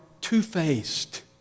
two-faced